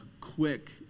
quick